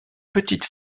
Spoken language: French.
petite